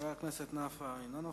חבר הכנסת נפאע, אינו נוכח.